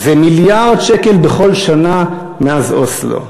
זה מיליארד שקל בכל שנה מאז אוסלו.